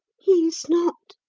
he is not.